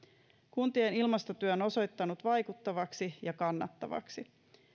kuntien ilmastotyö on osoittautunut vaikuttavaksi ja kannattavaksi